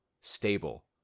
stable